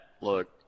look